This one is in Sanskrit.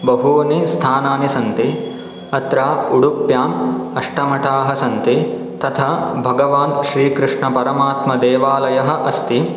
बहूनि स्थानानि सन्ति अत्र उडुप्याम् अष्टमठाः सन्ति तथा भगवान् श्रीकृष्णपरमात्मदेवालयः अस्ति